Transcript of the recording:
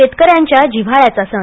शेतकऱ्यांच्या जिव्हाळ्याचा सण